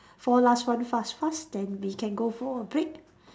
four last one fast fast then we can go for a break